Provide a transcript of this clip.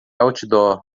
outdoor